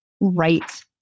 right